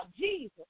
Jesus